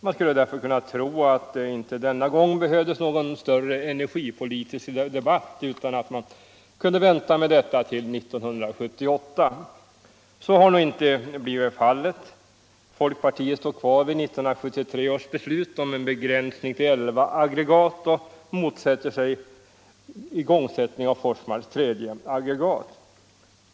Man skulle därför kunna tro att det inte denna gång behövdes någon större energipolitisk debatt utan att man kunde vänta med detta till 1978. Så har nu inte blivit fallet. Folkpartiet står kvar vid 1973 års beslut om en begränsning till elva aggregat och motsätter sig igångsättning av Forsmarks tredje aggregat.